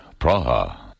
Praha